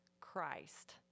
Christ